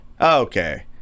okay